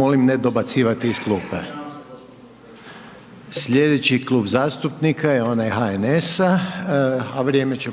Molim ne dobacivati iz klupe. Sljedeći klub zastupnika je onaj HNS-a, a vrijeme će